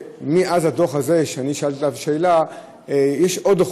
מאז הדוח הזה ששאלתי עליו שאלה יש עוד דוחות,